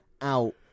out